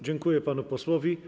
Dziękuję panu posłowi.